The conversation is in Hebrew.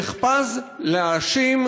נחפז להאשים,